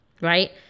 Right